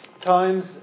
times